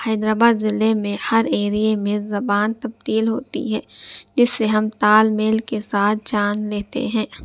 حیدرآباد ضلع میں ہر ایریے میں زبان تبدیل ہوتی ہے جس سے ہم تال میل کے ساتھ جان لیتے ہیں